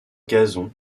gazon